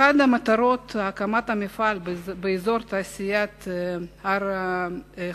אחת המטרות בהקמת המפעל באזור התעשייה הר-החוצבים